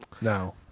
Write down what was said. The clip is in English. no